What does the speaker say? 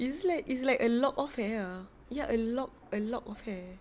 is like is like a lock of hair ah ya ya a lock a lock of hair